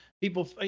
people